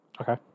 Okay